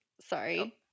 sorry